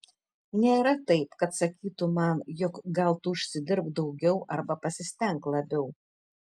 nėra taip kad sakytų man jog gal tu užsidirbk daugiau arba pasistenk labiau